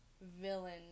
villain